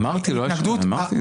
אמרתי את זה.